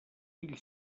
fill